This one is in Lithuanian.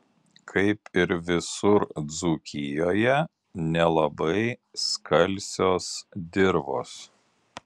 kaip ir visur dzūkijoje nelabai skalsios dirvos